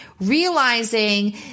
Realizing